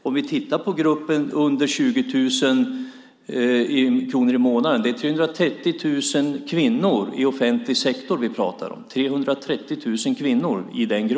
Om man tittar på den grupp som har mindre än 20 000 kronor i månaden är det 330 000 kvinnor i offentlig sektor i den gruppen som vi talar om.